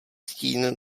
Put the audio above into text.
stín